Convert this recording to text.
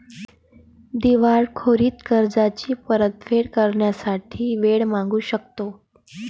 दिवाळखोरीत कर्जाची परतफेड करण्यासाठी वेळ मागू शकतो